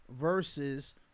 versus